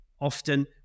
Often